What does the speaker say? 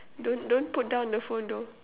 don't don't put down the phone though